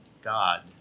God